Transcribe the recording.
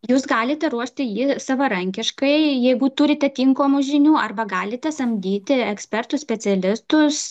jūs galite ruošti jį savarankiškai jeigu turite tinkamų žinių arba galite samdyti ekspertus specialistus